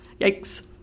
Yikes